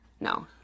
no